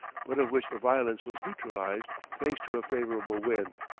but of which the violence was neutralized thanks to a favourable wind.